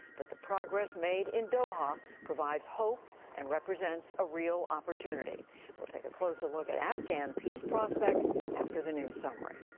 but the progress made in doha provides hope and represents a real opportunity. we will take a closer look at afghan peace prospects after the news summary.